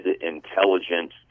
intelligent